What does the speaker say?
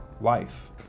life